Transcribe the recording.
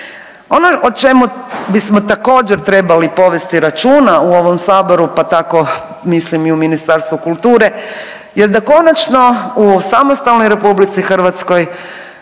Ono o čemu bismo također trebali povesti računa u ovom Saboru, pa tako mislim i u Ministarstvu kulture, jest da konačno u samostalnoj Republici Hrvatskoj